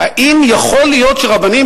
האם יכול להיות שרבנים,